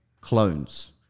clones